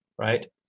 right